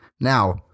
Now